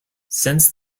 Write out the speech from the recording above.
since